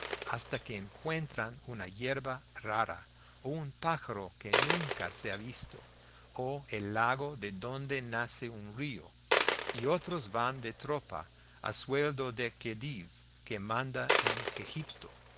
hasta que encuentran una yerba rara o un pájaro que nunca se ha visto o el lago de donde nace un río y otros van de tropa a sueldo del khedive que manda en egipto